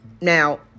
Now